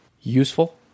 useful